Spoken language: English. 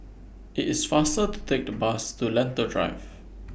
IT IS faster to Take The Bus to Lentor Drive